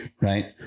right